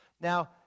Now